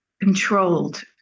controlled